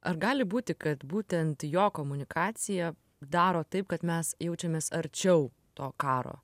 ar gali būti kad būtent jo komunikacija daro taip kad mes jaučiamės arčiau to karo